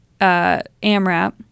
AMRAP